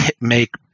make